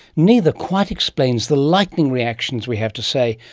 neither quite explains the lightning reactions we have to say,